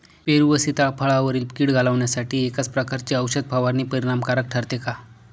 पेरू व सीताफळावरील कीड घालवण्यासाठी एकाच प्रकारची औषध फवारणी परिणामकारक ठरते का?